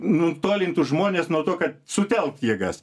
nutolintų žmones nuo to kad sutelkt jėgas